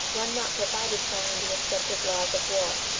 one not provided for in the accepted laws of war.